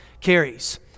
carries